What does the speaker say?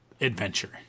adventure